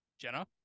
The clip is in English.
Jenna